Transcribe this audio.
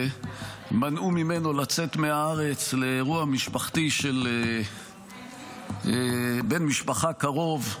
מנעו ממנו לצאת מהארץ לאירוע משפחתי של בן משפחה קרוב,